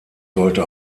sollte